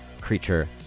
creature